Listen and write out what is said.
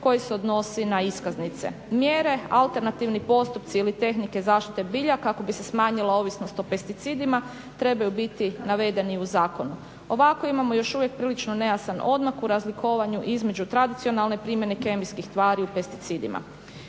7.koji se odnosi na iskaznice. Mjere, alternativni postupci ili tehnike zaštite bilja kako bi se smanjila ovisnost o pesticidima trebaju biti navedeni u zakonu. Ovako imamo još uvijek prilično nejasan odmak u razlikovanju između tradicionalne primjene kemijskih tvari u pesticidima.